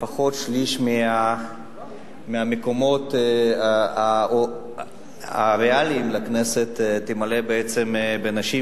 לפחות שליש מהמקומות הריאליים לכנסת יתמלאו בנשים,